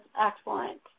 excellent